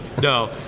No